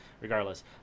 regardless